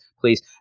please